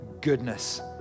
goodness